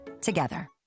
together